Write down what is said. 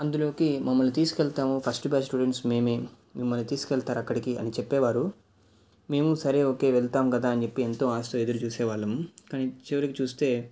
అందులోకి మమ్మల్ని తీసుకెళతాము ఫస్ట్ బ్యాచ్ స్టూడెంట్స్ మేమే మిమ్మల్ని తీసుకెళతారు అక్కడికి అని చెప్పేవారు మేము సరే ఓకే వెళతాము కదా అని చెప్పి ఎంతో ఆశతో ఎదురుచూసేవాళ్ళము కానీ చివరికి చూస్తే